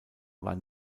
war